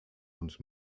und